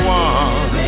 one